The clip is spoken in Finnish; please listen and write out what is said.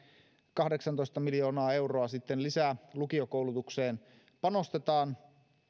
kahdeksantoista miljoonaa euroa lisää lukiokoulutukseen panostetaan